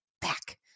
back